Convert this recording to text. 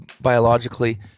biologically